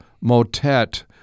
motet